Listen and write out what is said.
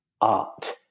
art